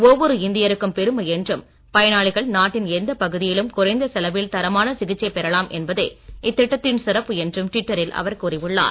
ஒவ்வொரு இந்தியருக்கும் பெருமை என்றும் பயனாளிகள் நாட்டின் எந்த பகுதியிலும் குறைந்த செலவில் தரமான சிகிச்சை பெறலாம் என்பதே இத்திட்டத்தின் சிறப்பு என்றும் டுவிட்டரில் அவர் கூறியுள்ளார்